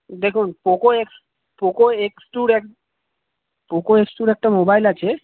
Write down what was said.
দেখুন Poco X Poco X টুর এক পোকো এক্স টুর একটা মোবাইল আছে